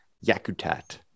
Yakutat